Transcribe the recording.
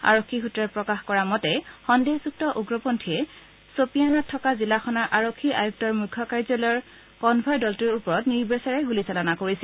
আৰক্ষী সূত্ৰই প্ৰকাশ কৰা মতে সন্দেহযুক্ত উগ্ৰপন্থীয়ে ছোপিয়ানত থকা জিলাখনৰ আৰক্ষী আয়ুক্তৰ মুখ্য কাৰ্যালয়ত কনভয় দলটোৰ ওপৰত নিৰ্বিচাৰে গুলীচালনা কৰিছিল